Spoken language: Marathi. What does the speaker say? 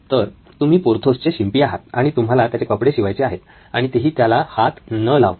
तर तुम्ही पोर्थोसचे शिंपी आहात आणि तुम्हाला त्याचे कपडे शिवायचे आहेत आणि तेही त्याला हात न लावता